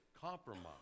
compromise